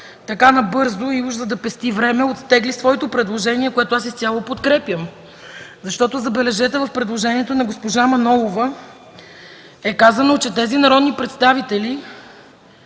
така набързо и уж за да пести време оттегли своето предложение, което аз изцяло подкрепям. Забележете, че в предложението на госпожа Манолова е казано, че тези народни представители,